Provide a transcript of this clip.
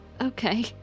Okay